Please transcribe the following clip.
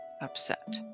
upset